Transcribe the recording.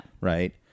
right